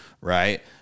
right